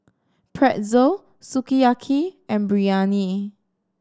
Pretzel Sukiyaki and Biryani